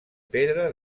pedra